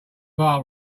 bar